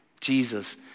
Jesus